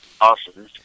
awesome